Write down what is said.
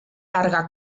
larga